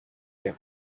them